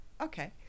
Okay